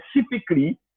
specifically